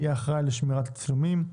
יהיה אחראי לשמירת הצילומים,